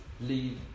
leave